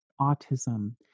autism